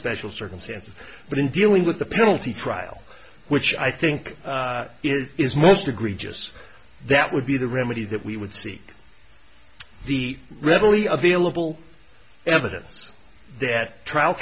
special circumstances but in dealing with the penalty trial which i think is most egregious that would be the remedy that we would seek the readily available evidence death trial